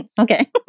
Okay